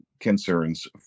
concerns